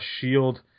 shield